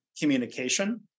communication